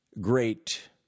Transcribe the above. great